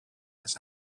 has